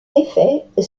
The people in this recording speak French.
effets